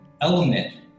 element